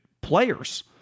players